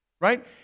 Right